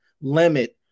limit